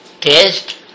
Taste